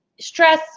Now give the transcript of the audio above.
stress